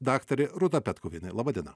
daktarė rūta petkuvienė laba diena